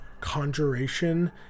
conjuration